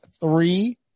three